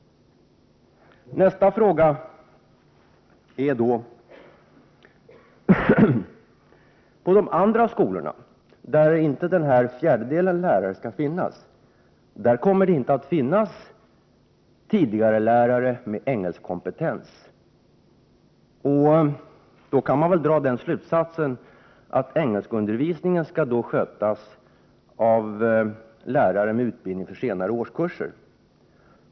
På de andra skolorna, de skolor där denna fjärdedel lärare inte skall finnas, kommer det inte att tjänstgöra tidigarelärare med kompetens i engelska. Av detta kan man väl dra slutsatsen att engelskundervisningen då skall skötas av lärare med utbildning för senare årskurser.